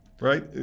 right